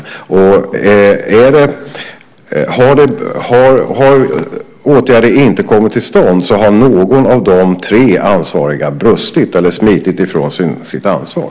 Har åtgärder inte kommit till stånd, har någon av de tre ansvariga brustit eller smitit ifrån sitt ansvar.